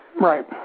Right